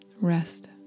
Rest